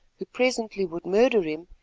who presently would murder him,